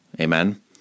Amen